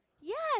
Yes